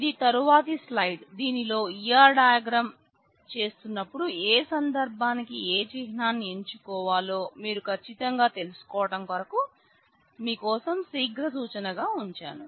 ఇది తరువాత స్లైడ్ దీనిలో ER డయాగ్రమ్ చేస్తున్నప్పుడు ఏ సందర్భానికి ఏ చిహ్నాన్ని ఎంచుకోవాలో మీరు కచ్చితంగా తెలుసుకోవటం కొరకు మీ కోసం శీఘ్ర సూచనగా ఉంచాను